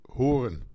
horen